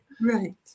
Right